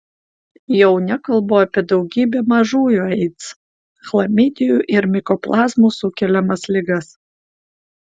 jau nekalbu apie daugybę mažųjų aids chlamidijų ir mikoplazmų sukeliamas ligas